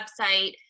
website